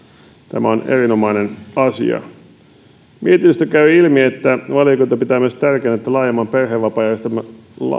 tämä on erinomainen asia mietinnöstä käy ilmi että valiokunta pitää myös tärkeänä että laajemman perhevapaajärjestelmän